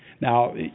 Now